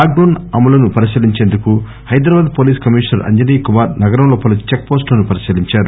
lock down అమలును పరిశీలించేందుకు Hyderabad police commissioner Anjani Kumar నగరంలో పలు చెక్ పోస్టులను పరిశీలించారు